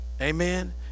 amen